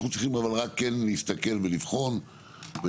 אנחנו צריכים אבל רק כן להסתכל ולבחון ולראות,